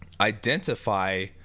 identify